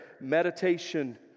meditation